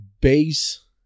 base